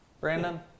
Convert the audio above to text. Brandon